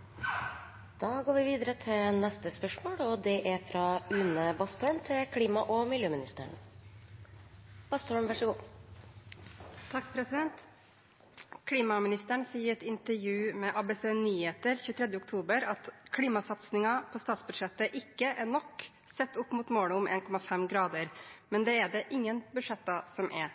og miljøministeren sier i et intervju med ABC-nyheter 23. oktober følgende: «Klimasatsingene på statsbudsjettet er ikke nok sett opp mot målet om 1,5 grader, men det er det ingen budsjetter som er.